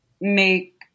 make